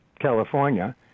California